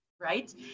right